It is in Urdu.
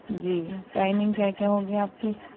جی ٹائمنگ کیا کیا ہوگی آپ کی